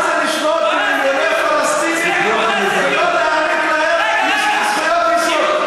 מה זה לשלוט במיליוני פלסטינים ולא להעניק להם זכויות יסוד?